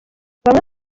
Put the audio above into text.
bamwe